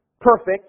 perfect